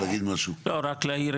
רק להעיר,